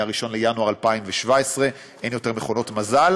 מ-1 בינואר 2017 אין יותר מכונות מזל,